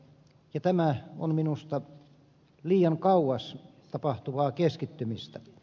tämä on minusta liian kauas tapahtuvaa keskittymistä